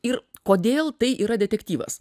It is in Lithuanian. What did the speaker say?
ir kodėl tai yra detektyvas